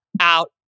out